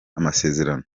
amasezerano